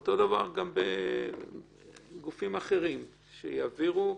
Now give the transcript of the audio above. אותו דבר גם בגופים אחרים שיעבירו.